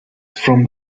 from